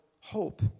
hope